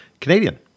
Canadian